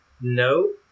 no